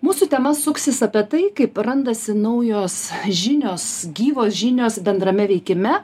mūsų tema suksis apie tai kaip randasi naujos žinios gyvos žinios bendrame veikime